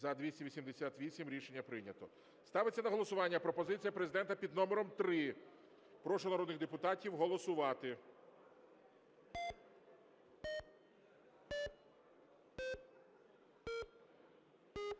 За-288 Рішення прийнято. Ставиться на голосування пропозиція Президента під номером 3. Прошу народних депутатів голосувати.